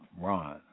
Ron